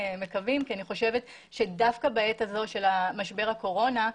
כי אני חושבת שדווקא בעת הזו של משבר הקורונה,